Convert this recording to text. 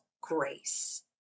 grace